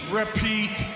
repeat